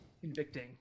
Convicting